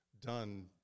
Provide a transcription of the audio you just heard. done